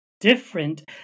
different